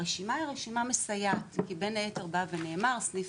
הרשימה היא רשימה מסייעת כי בין היתר נאמר שסעיף